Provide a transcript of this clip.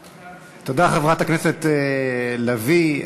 תודה, חברת הכנסת לביא.